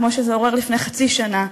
כמו שזה עורר לפני חצי שנה,